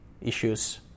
issues